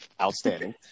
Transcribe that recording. outstanding